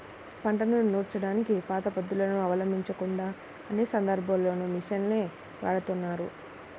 పంటను నూర్చడానికి పాత పద్ధతులను అవలంబించకుండా అన్ని సందర్భాల్లోనూ మిషన్లనే వాడుతున్నారు